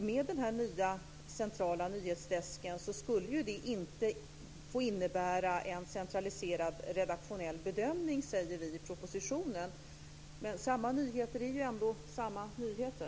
Med den nya centrala nyhets-desken skulle det inte få innebära en centraliserad redaktionell bedömning, säger vi i propositionen. Men samma nyheter är ändå samma nyheter.